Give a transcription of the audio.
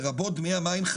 לרבות דמי המים,